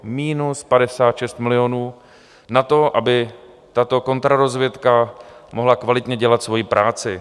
Minus 56 milionů na to, aby tato kontrarozvědka mohla kvalitně dělat svoji práci.